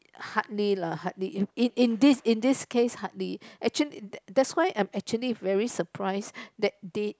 hardly lah hardly in in in this in this case hardly actually that's why I'm actually very surprised that they